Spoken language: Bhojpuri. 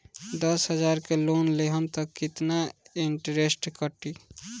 दस हजार के लोन लेहम त कितना इनट्रेस कटी?